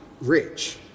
rich